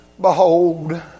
behold